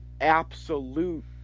absolute